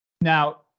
Now